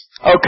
Okay